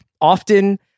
Often